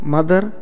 Mother